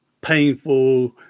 painful